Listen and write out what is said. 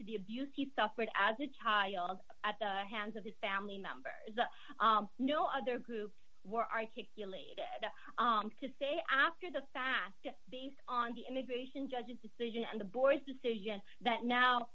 to the abuse he suffered as a child one at the hands of his family members no other groups were articulated to say after the fact based on the immigration judge's decision and the board's decision that now